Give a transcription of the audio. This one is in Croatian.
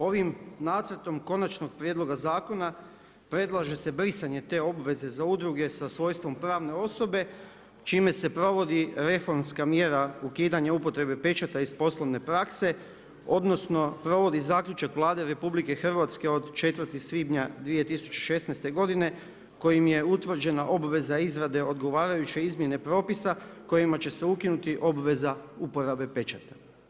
Ovim nacrtom konačnog prijedloga zakona, predlaže se brisanje te obveze za udruge sa svojstvom pravne osobe, čime se provodi reformska mjera ukidanja upotrebe pečata iz poslovne prakse, odnosno provod zaključak Vlade Republike Hrvatske od 4. svibnja 2016. godine kojim je utvrđena obveza izrade odgovarajuće izmjene primjene propisa, kojima će se ukinuti obveza uporabe pečata.